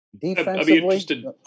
Defensively